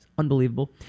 Unbelievable